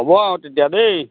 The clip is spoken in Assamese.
হ'ব আৰু তেতিয়া দেই